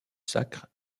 sacre